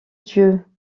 dieu